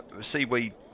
seaweed